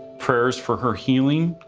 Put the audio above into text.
prayers for her healing,